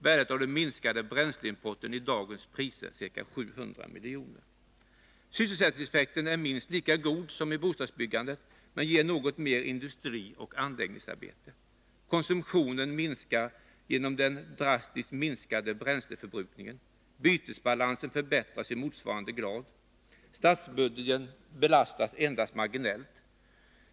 Värdet av den minskade bränsleimporten är i dagens priser ca 700 miljoner. Sysselsättningseffekten är minst lika god som i bostadsbyggandet, men en satsning på energihushållning ger något mer industrioch anläggningsarbete. Konsumtionen minskar genom den drastiskt minskade bränsleförbrukningen. Bytesbalansen förbättras i motsvarande grad. Statsbudgeten belastas endast marginellt.